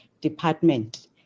department